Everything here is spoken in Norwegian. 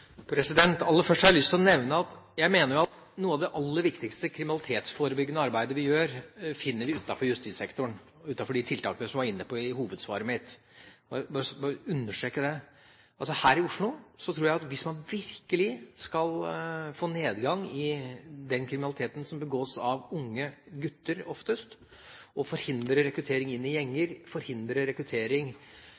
Jeg mener at noe av det aller viktigste kriminalitetsforebyggende arbeidet vi gjør, finner vi utenfor justissektoren, utenfor de tiltakene jeg var inne på i hovedsvaret mitt. La meg bare understreke det. Her i Oslo tror jeg at hvis man virkelig skal få nedgang i den kriminaliteten som begås av unge gutter – oftest –, og forhindre rekruttering inn i gjenger,